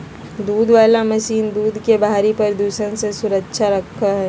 दूध वला मशीन दूध के बाहरी प्रदूषण से सुरक्षित रखो हइ